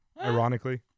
Ironically